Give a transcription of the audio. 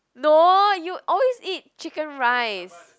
no you always eat chicken rice